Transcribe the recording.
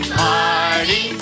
party